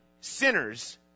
sinners